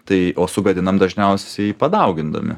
tai o sugadinam dažniausiai padaugindami